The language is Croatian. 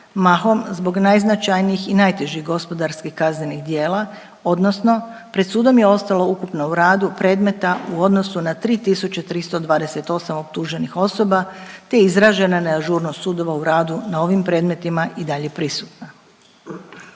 mahom zbog najznačajnijih i najtežih gospodarskih kaznenih djela odnosno pred sudom je ostalo ukupno u radu predmeta u odnosu na 3.328 optuženih osoba te je izražena neažurnost sudova u radu na ovim predmetima i dalje prisutna.